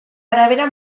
arabera